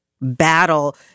battle